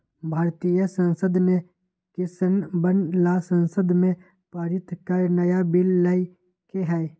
भारतीय संसद ने किसनवन ला संसद में पारित कर नया बिल लय के है